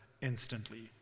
instantly